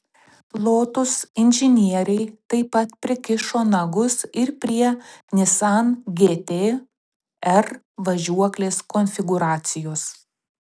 lotus inžinieriai taip pat prikišo nagus ir prie nissan gt r važiuoklės konfigūracijos